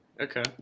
Okay